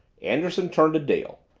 anderson turned to dale,